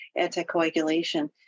anticoagulation